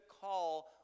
call